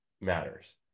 matters